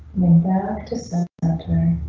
back to center.